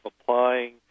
applying